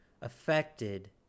affected